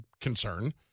concern